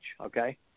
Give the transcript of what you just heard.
Okay